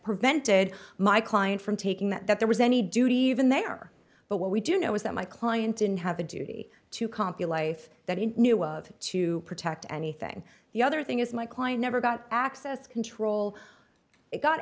prevented my client from taking that that there was any duty even there but what we do know is that my client didn't have a duty to comp you live that he knew of to protect anything the other thing is my client never got access control it got